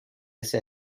ese